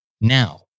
Now